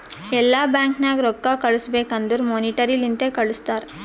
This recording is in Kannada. ಎಲ್ಲಾ ಬ್ಯಾಂಕ್ ನಾಗ್ ರೊಕ್ಕಾ ಕಳುಸ್ಬೇಕ್ ಅಂದುರ್ ಮೋನಿಟರಿ ಲಿಂತೆ ಕಳ್ಸುತಾರ್